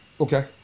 Okay